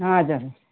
हजुर